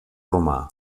romà